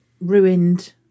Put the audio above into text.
ruined